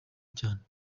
cyane